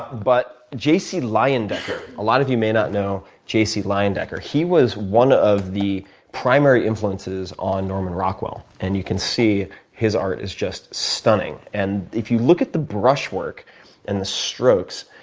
but j c. leyendecker, a lot of you may not know j c. leyendecker. he was one of the primary influences on norman rockwell. and you can see his art is just stunning. and if you look at the brush work and the strokes,